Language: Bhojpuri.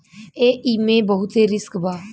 एईमे बहुते रिस्क बा